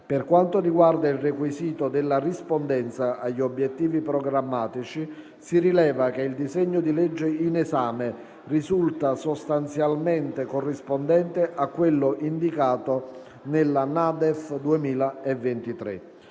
Per quanto riguarda il requisito della rispondenza agli obiettivi programmatici, si rileva che il disegno di legge in esame risulta sostanzialmente corrispondente a quello indicato nella NADEF 2023.